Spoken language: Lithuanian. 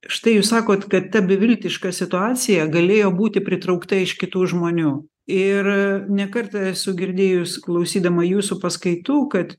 štai jūs sakot kad ta beviltiška situacija galėjo būti pritraukta iš kitų žmonių ir ne kartą esu girdėjus klausydama jūsų paskaitų kad